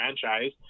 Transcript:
franchise